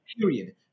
period